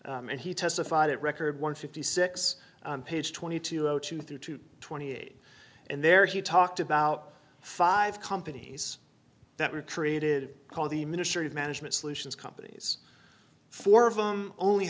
trial and he testified at record one fifty six page twenty two through to twenty eight and there he talked about five companies that were created called the ministry of management solutions companies four of them only